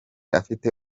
afite